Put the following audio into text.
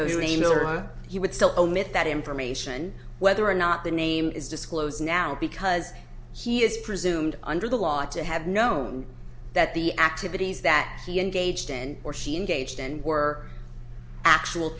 remailer he would still omit that information whether or not the name is disclosed now because he is presumed under the law to have known that the activities that he engaged in or she engaged in were actual